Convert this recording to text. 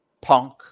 Punk